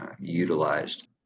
utilized